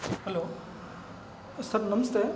hello sir ನಮಸ್ತೆ